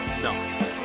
No